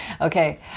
Okay